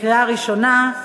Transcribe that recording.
קריאה ראשונה.